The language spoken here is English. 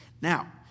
Now